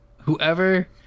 whoever